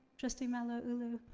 trustee malauulu,